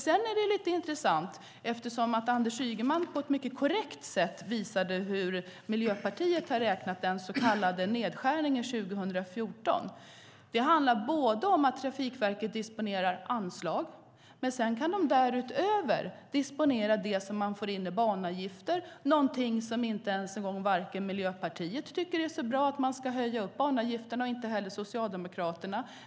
Sedan är det lite intressant, när Anders Ygeman på ett mycket korrekt sätt visade hur Miljöpartiet har räknat den så kallade nedskärningen 2014. Det handlar om att Trafikverket disponerar anslag, men de kan därutöver disponera det som de får in i banavgifter. Men Miljöpartiet tycker inte att det är så bra att man ska höja banavgifterna, och det gör inte heller Socialdemokraterna.